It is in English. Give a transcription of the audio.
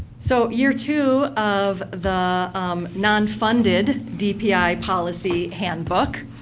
so, year-two of the non-funded dpi policy handbook